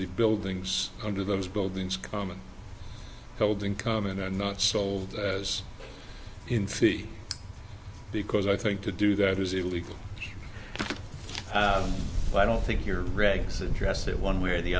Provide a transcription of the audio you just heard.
the buildings under those buildings common held in common and not sold as in fee because i think to do that was illegal but i don't think your regs addressed it one way or the